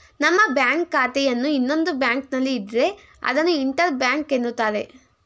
ನಮ್ಮ ಬ್ಯಾಂಕ್ ಖಾತೆಯನ್ನು ಇನ್ನೊಂದು ಬ್ಯಾಂಕ್ನಲ್ಲಿ ಇದ್ರೆ ಅದನ್ನು ಇಂಟರ್ ಬ್ಯಾಂಕ್ ಎನ್ನುತ್ತಾರೆ